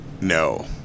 No